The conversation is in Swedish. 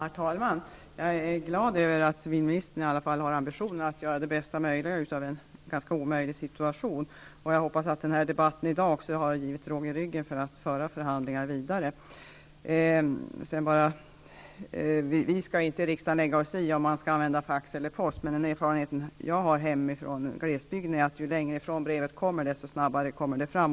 Herr talman! Jag är glad över att civilministern har ambitionen att göra det bästa möjliga av en ganska omöjlig situation. Jag hoppas att dagens debatt kan ge råg i ryggen när det gäller fortsatta förhandlingar. Vi skall inte i riksdagen lägga oss i om man skall använda fax eller post, men den erfarenhet som jag har från glesbygden hemmavid är att brevet kommer fram snabbare ju längre det har gått.